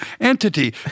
entity